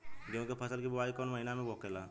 गेहूँ के फसल की बुवाई कौन हैं महीना में होखेला?